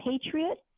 patriot